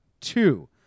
two